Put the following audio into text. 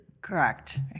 Correct